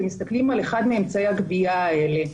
מסתכלים על אחד מהליכי הגבייה האלה,